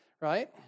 Right